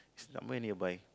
it's somewhere nearby